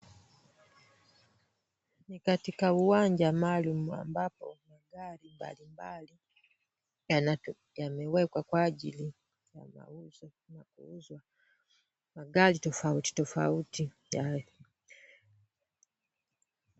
Ni katika uwanja maalum ambapo magari mbali mbali yamewekwa kwa ajili ya mauzo ama kuuzwa magari tofauti tofauti ya